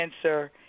answer